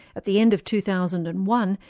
at the end of two thousand and one,